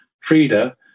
Frida